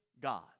God